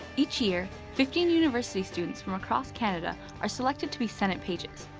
each year fifteen university students from across canada are selected to be senate pages.